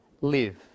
live